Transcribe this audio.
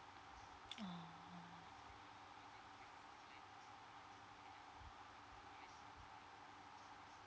mmhmm